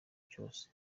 byose